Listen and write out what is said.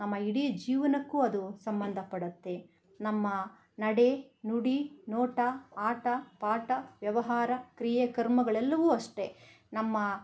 ನಮ್ಮ ಇಡೀ ಜೀವನಕ್ಕೂ ಅದು ಸಂಬಂಧ ಪಡುತ್ತೆ ನಮ್ಮ ನಡೆ ನುಡಿ ನೋಟ ಆಟ ಪಾಠ ವ್ಯವಹಾರ ಕ್ರಿಯೆ ಕರ್ಮಗಳೆಲ್ಲವೂ ಅಷ್ಟೇ ನಮ್ಮ